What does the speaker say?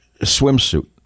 swimsuit